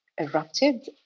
erupted